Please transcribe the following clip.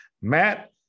Matt